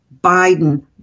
Biden